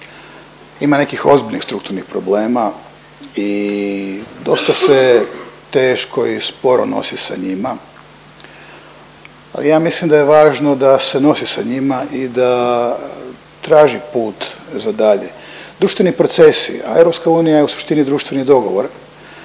Ima nekih ozbiljnih strukturnih problema i dosta se teško i sporo nosi sa njima ali ja mislim da je važno da se nosi sa njima i da traži put za dalje. Društveni procesi, a EU je u suštini društveni dogovor